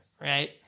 right